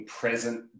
present